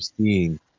seeing